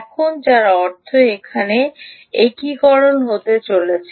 এখন যার অর্থ এখানে একীকরণ হতে চলেছে